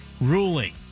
Ruling